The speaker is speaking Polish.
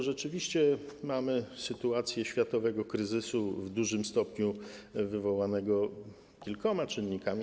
Rzeczywiście mamy sytuację światowego kryzysu w dużym stopniu wywołanego kilkoma czynnikami.